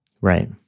Right